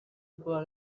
بار